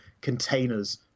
containers